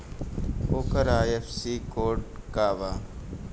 ओकर IFSC code का बा?